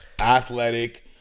athletic